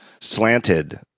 slanted